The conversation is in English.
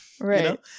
right